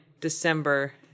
December